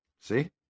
See